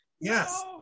yes